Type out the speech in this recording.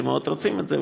שמאוד רוצים את זה,